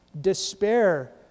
despair